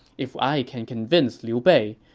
if i can convince liu bei,